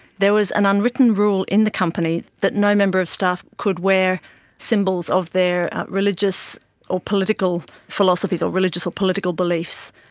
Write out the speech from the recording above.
there was an underwritten rule in the company that no member of staff could wear symbols of their religious or political philosophies or religious or political beliefs,